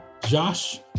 Josh